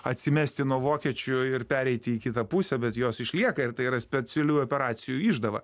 atsimesti nuo vokiečių ir pereiti į kitą pusę bet jos išlieka ir tai yra specialiųjų operacijų išdava